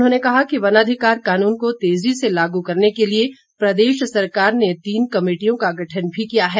उन्होंने कहा कि वनाधिकार कानून को तेजी से लागू करने के लिए प्रदेश सरकार ने तीन कमेटियों का गठन भी किया है